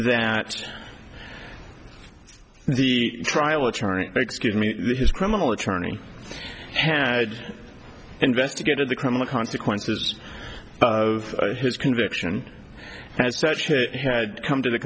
that the trial attorney excuse me his criminal attorney had investigated the criminal consequences of his conviction as such it had come to the